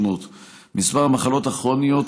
מספר המחלות הכרוניות